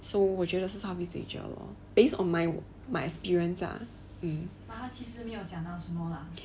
so 我觉得是 southeast asia lor based on my my experience lah um